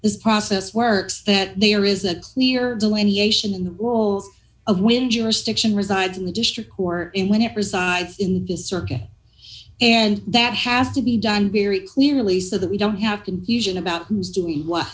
this process works that there is a clear delineation in the of when jurisdiction resides in the district who are in when it resides in the circuit and that has to be done very clearly so that we don't have to use in about who's doing what